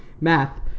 Math